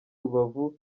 rubavu